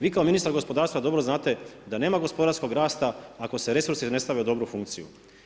Vi kao ministar gospodarstva dobro znate da nema gospodarskog rasta ako se resursi ne stave u dobru funkciju.